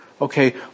Okay